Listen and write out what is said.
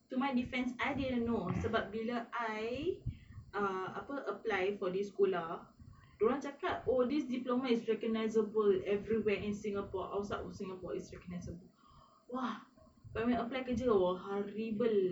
to my defense I didn't know sebab bila I uh apa apply for this sekolah dia orang cakap oh this diploma is recognisable everywhere in singapore outside of singapore is recognisable !wah! but when apply kerja horrible